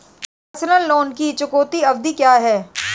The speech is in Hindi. पर्सनल लोन की चुकौती अवधि क्या है?